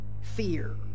fear